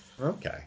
Okay